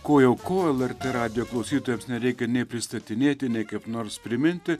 ko jau ko lrt radijo klausytojams nereikia nei pristatinėti nei kaip nors priminti